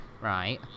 Right